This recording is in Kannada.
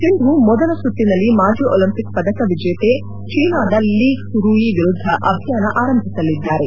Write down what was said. ಸಿಂಧೂ ಮೊದಲ ಸುತ್ತಿನಲ್ಲಿ ಮಾಜಿ ಒಲಿಂಪಿಕ್ ಪದಕ ವಿಜೇತೆ ಚೀನಾದ ಲಿ ಕ್ಲುರುಯಿ ವಿರುದ್ದ ಅಭಿಯಾನ ಆರಂಭಿಸಲಿದ್ದಾರೆ